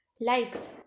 likes